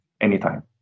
anytime